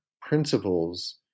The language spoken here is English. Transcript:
principles